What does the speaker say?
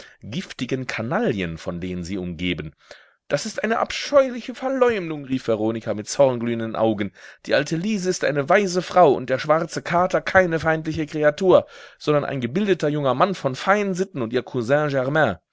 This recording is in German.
giftigen canaillen von denen sie umgeben das ist eine abscheuliche verleumdung rief veronika mit zornglühenden augen die alte liese ist eine weise frau und der schwarze kater keine feindliche kreatur sondern ein gebildeter junger mann von feinen sitten und ihr